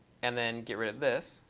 and then get rid of this,